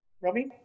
Robbie